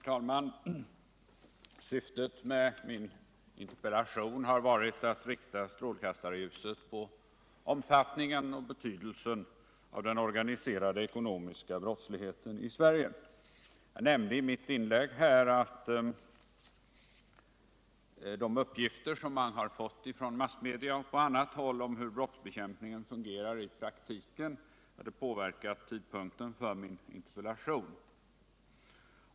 Herr talman! Syftet med min interpellation har varit att rikta strålkastarljuset på omfattningen och betydelsen av den organiserade ekonomiska brottsligheten i Sverige. Jag nämnde i mitt inlägg att uppgifter i massmedia och på annat håll om hur brottsbekämpningen i praktiken går till hade påverkat tidpunkten för min interpellation.